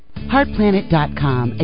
HeartPlanet.com